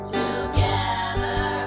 together